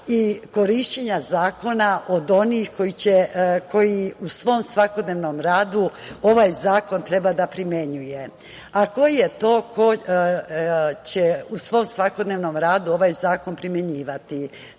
i korišćenja zakona od onih koji u svom svakodnevnom radu ovaj zakon treba da primenjuju, a ko je to ko će u svom svakodnevnom radu ovaj zakon primenjivati?